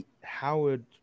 Howard